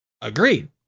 Agreed